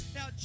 Now